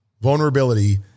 vulnerability